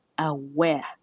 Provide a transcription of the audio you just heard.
aware